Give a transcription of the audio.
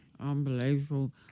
Unbelievable